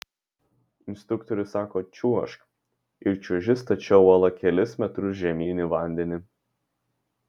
instruktorius sako čiuožk ir čiuoži stačia uola kelis metrus žemyn į vandenį